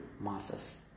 masses